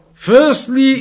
Firstly